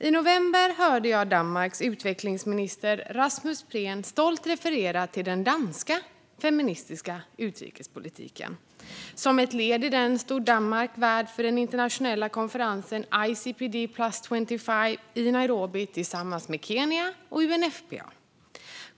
I november hörde jag Danmarks utvecklingsminister Rasmus Prehn stolt referera till den danska feministiska utrikespolitiken. Som ett led i den stod Danmark värd för den internationella konferensen ICPD+25 i Nairobi tillsammans med Kenya och UNFPA.